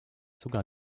sogar